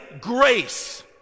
grace